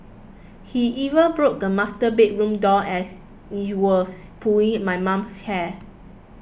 he even broke the master bedroom door and was pulling my mum's hair